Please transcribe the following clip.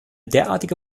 derartige